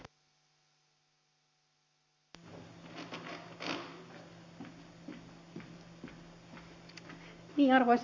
arvoisa puhemies